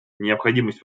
необходимость